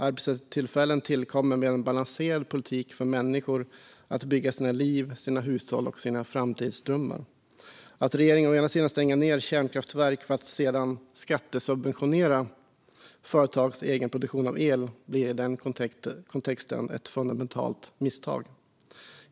Arbetstillfällen tillkommer med en balanserad politik som gör att människor kan bygga sina liv, sina hushåll och sina framtidsdrömmar. Att regeringen å ena sidan stänger ned kärnkraftverk för att sedan å andra sidan skattesubventionera företags egenproduktion av el blir i den kontexten ett fundamentalt misstag.